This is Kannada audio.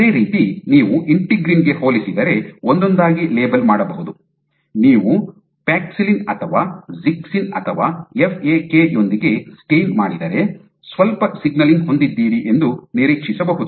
ಅದೇ ರೀತಿ ನೀವು ಇಂಟಿಗ್ರಿನ್ ಗೆ ಹೋಲಿಸಿದರೆ ಒಂದೊಂದಾಗಿ ಲೇಬಲ್ ಮಾಡಬಹುದು ನೀವು ಪ್ಯಾಕ್ಸಿಲಿನ್ ಅಥವಾ ಜಿಕ್ಸಿನ್ ಅಥವಾ ಎಫ್ ಎ ಕೆ ಯೊಂದಿಗೆ ಸ್ಟೈನ್ ಮಾಡಿದರೆ ಸ್ವಲ್ಪ ಸಿಗ್ನಲಿಂಗ್ ಹೊಂದಿದ್ದೀರಿ ಎಂದು ನಿರೀಕ್ಷಿಸಬಹುದು